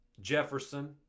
Jefferson